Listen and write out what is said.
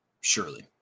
surely